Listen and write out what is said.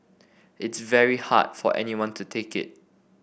it's very hard for anyone to take it